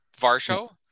varsho